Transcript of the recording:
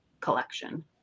collection